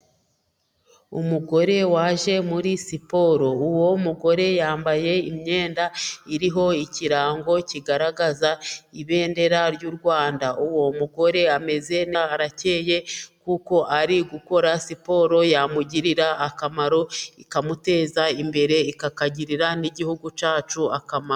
Umugore waje muri siporo, uwo mugore yambaye imyenda iriho ikirango kigaragaza ibendera ry'u Rwanda, uwo mugore ameze nabi harakeye kuko arigukora siporo yamugirira akamaro ikamuteza imbere ikagirira n'igihugu cyacu akamaro.